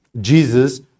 Jesus